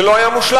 זה לא היה מושלם.